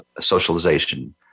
socialization